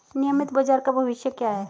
नियमित बाजार का भविष्य क्या है?